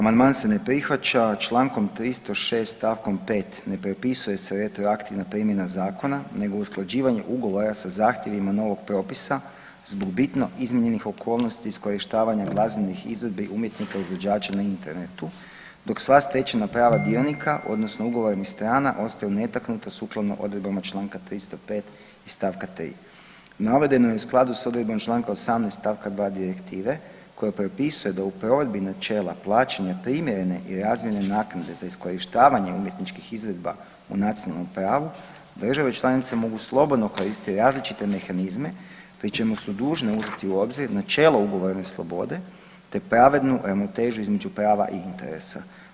Amandman se ne prihvaća, čl. 306. st. 5. ne prepisuje se retroaktivna primjena zakona nego usklađivanje ugovora sa zahtjevima novog propisa zbog bitno izmijenjenih okolnosti iskorištavanja glazbenih izvedbi umjetnika izvođača na internetu dok sva stečena prava dionika odnosno ugovorenih snaga ostaju netaknuta sukladno odredbama čl. 205. i st. 3. Navedeno je u skladu s odredbama čl. 18. st. 2. direktive koja propisuje da u provedbi načela plaćanja primjerene i razmjerne naknade za iskorištavanje umjetničkih izvedba u nacionalnom pravu države članice mogu slobodno koristiti različite mehanizme pri čemu su dužni uzeti u obzir načelo ugovorne slobode te pravednu ravnotežu između prava i interesa.